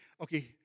Okay